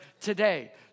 today